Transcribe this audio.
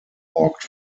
walked